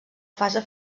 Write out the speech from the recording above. fase